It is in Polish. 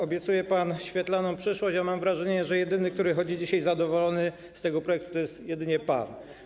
Obiecuje pan świetlaną przyszłość, a mam wrażenie, że jedyny, który chodzi dzisiaj zadowolony z tego projektu, to jest pan.